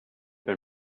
been